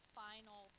final